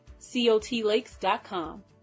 cotlakes.com